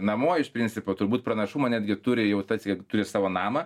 namo iš principo turbūt pranašumą netgi turi jau tas kad turi savo namą